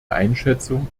einschätzung